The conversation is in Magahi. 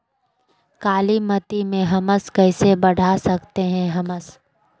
कालीमती में हमस कैसे बढ़ा सकते हैं हमस?